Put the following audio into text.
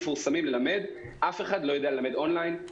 מפורסמים ללמד אף אחד לא יודע ללמד און ליין.